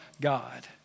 God